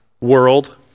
world